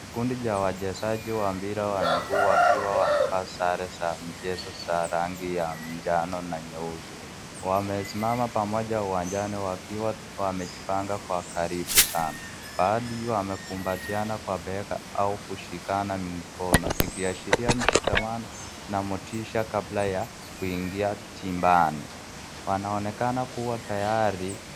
Kikundi cha wachezaji wa mpira wa miguu wakiwa wamevaa sare za mchezo za rangi ya njano na nyeusi. Wamesimama pamoja uwanjani wakiwa wamejipanga kwa karibu sana. Baadhi wamekumbatiana kwa bega au kushikana mikono ikiashiria mshikamano na motisha kabla ya kuingia timbani. Wanaonekana kuwa tayari